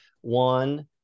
one